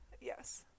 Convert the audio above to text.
Yes